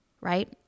right